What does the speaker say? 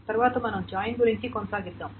తరువాత మనం జాయిన్ గురించి కొనసాగిద్దాం